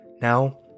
Now